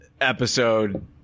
episode